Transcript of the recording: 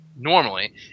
Normally